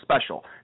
special